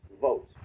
votes